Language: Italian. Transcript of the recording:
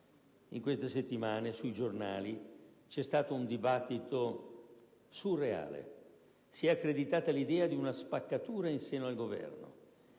In queste settimane, sui giornali c'è stato un dibattito surreale: si è accreditata l'idea di una spaccatura in seno al Governo.